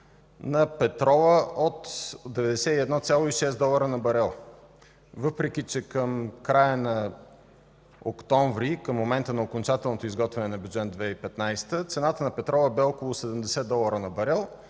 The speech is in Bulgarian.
на петрола от 91,6 долара на барел, въпреки че към края на октомври и към момента на окончателното изготвяне на Бюджет 2015 г. цената на петрола бе около 70 долара на барел